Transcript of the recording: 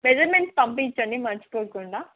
measurements పంపించండి మర్చిపోకుండా